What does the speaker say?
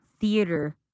theater